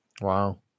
Wow